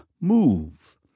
Move